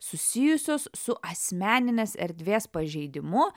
susijusios su asmeninės erdvės pažeidimu